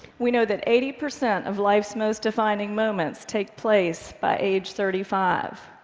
we know that eighty percent of life's most defining moments take place by age thirty five.